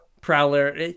Prowler